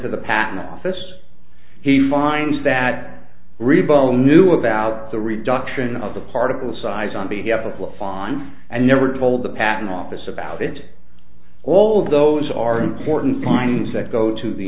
to the patent office he finds that rebel knew about the reduction of the particle size on behalf of a fine and never told the patent office about it all those are important findings that go to the